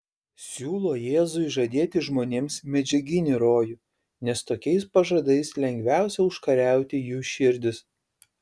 siūlo jėzui žadėti žmonėms medžiaginį rojų nes tokiais pažadais lengviausia užkariauti jų širdis